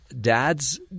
dads